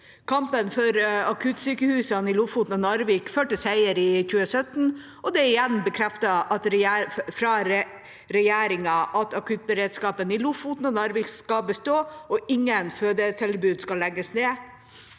Kampen for akuttsykehusene i Lofoten og Narvik førte til seier i 2017, og det er igjen bekreftet fra regjeringa at akuttberedskapen i Lofoten og Narvik skal bestå og ingen fødetilbud skal legges ned.